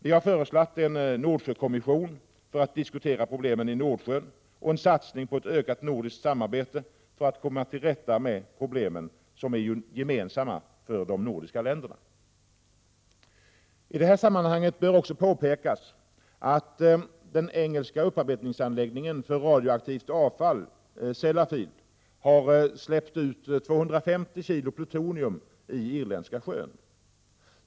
Vi har föreslagit en Nordsjökommission för att diskutera problemen i Nordsjön och en satsning på ett ökat nordiskt samarbete för att komma till rätta med problemen, som ju är gemensamma för de nordiska länderna. I det här sammanhanget bör också påpekas att den engelska upparbetningsanläggningen för radioaktivt avfall, Sellafield, har släppt ut 250 kg plutonium i Irländska sjön.